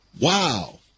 Wow